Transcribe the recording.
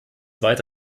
dies